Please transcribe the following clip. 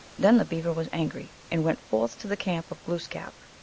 then the beaver was angry, and went forth to the camp of glooskap,